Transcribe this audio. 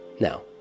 Now